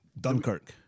Dunkirk